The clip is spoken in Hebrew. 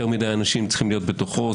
יותר מדי אנשים צריכים להיות בתוכו.